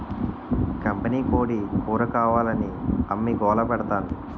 కంపినీకోడీ కూరకావాలని అమ్మి గోలపెడతాంది